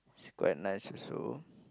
is quite nice also